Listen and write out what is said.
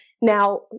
Now